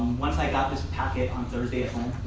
once i got this packet on thursday at home